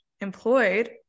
employed